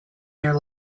their